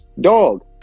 dog